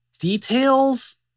details